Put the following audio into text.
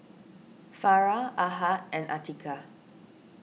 Farah Ahad and Atiqah